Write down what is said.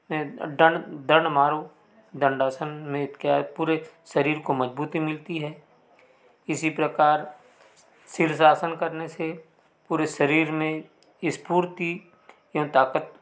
दंड मारो दंडासन में क्या है पूरे शरीर को मज़बूती मिलती है इसी प्रकार शीर्षासन करने से पूरे शरीर में स्फूर्ति एवं ताकत